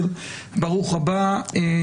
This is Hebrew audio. יו"ר הוועדה הקודם מדגיש אותו.